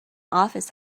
office